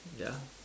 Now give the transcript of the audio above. ya